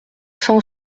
cent